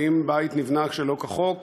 ואם בית נבנה שלא כחוק,